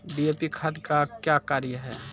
DAP खाद का क्या कार्य हैं?